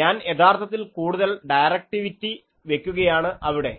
ഞാൻ യഥാർത്ഥത്തിൽ കൂടുതൽ ഡയറക്ടിവിറ്റി വെക്കുകയാണ് അവിടെ